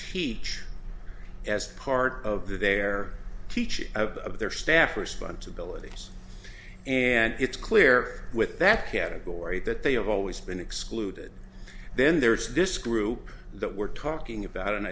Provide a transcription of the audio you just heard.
teach as part of their teaching of their staff responsibilities and it's clear with that category that they have always been excluded then there is this group that we're talking a